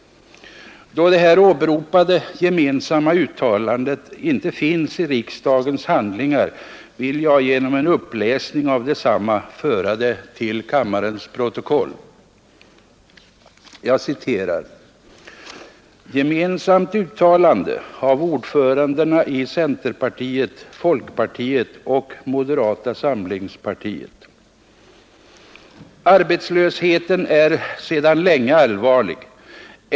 Då det här åberopade gemensamma uttalandet inte finns i riksdagens handlingar vill jag genom en uppläsning av detsamma föra det till kammarens protokoll. Jag citerar: Arbetslösheten är sedan länge allvarlig.